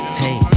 hey